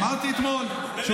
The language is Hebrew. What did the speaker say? אמרת את זה,